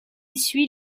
suit